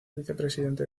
vicepresidente